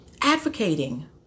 advocating